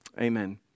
amen